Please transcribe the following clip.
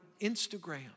Instagram